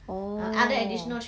orh